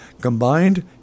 Combined